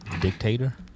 Dictator